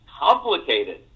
complicated